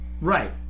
right